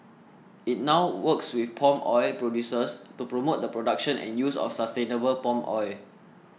it now works with palm oil producers to promote the production and use of sustainable palm oil